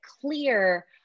clear